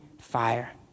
Fire